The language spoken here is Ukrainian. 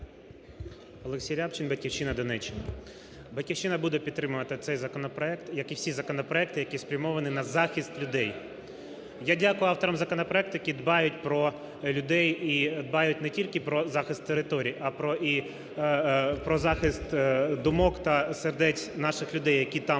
Олексій Рябчин "Батьківщина", Донеччина. "Батьківщина" буде підтримувати цей законопроект, як і всі законопроекти, які спрямовані на захист людей. Я дякую авторам законопроекту, які дбають про людей і дбають не тільки про захист територій, а про і… про захист думок та сердець наших людей, які там знаходяться.